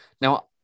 Now